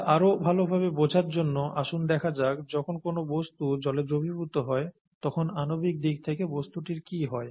এটা আরও ভালোভাবে বোঝার জন্য আসুন দেখা যাক যখন কোন বস্তু জলে দ্রবীভূত হয় তখন আণবিক দিক থেকে বস্তুটির কি হয়